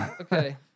Okay